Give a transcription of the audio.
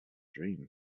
dream